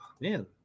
man